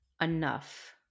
enough